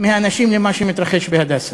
מהאנשים למה שמתרחש ב"הדסה".